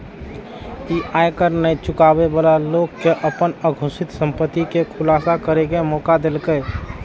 ई आयकर नै चुकाबै बला लोक कें अपन अघोषित संपत्ति के खुलासा करै के मौका देलकै